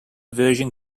version